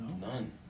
None